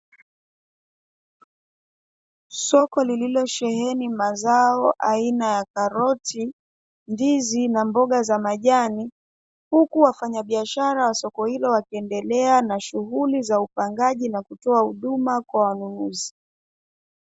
Soko lililosheheni mazao aina ya karoti, ndizi na mboga za majani, huku wafanyabiashara wa soko hilo wakiendelea na shughuli za upangaji na kutoa huduma kwa wanunuzi.